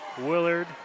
Willard